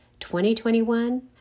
2021